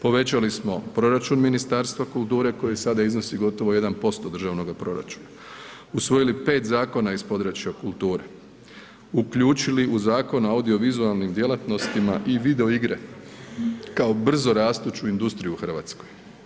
Povećali smo proračun Ministarstva kulture koji sada iznosi gotovo 1% državnog proračuna, usvojili 5 zakona iz područja kulture, uključili u Zakon o audiovizualnim djelatnostima i video igre kao brzo rastuću industriju u RH.